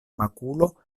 makulo